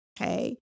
okay